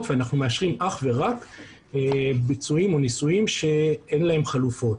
ואנחנו מאשרים אך ורק ביצועים או ניסויים שאין להם חלופות.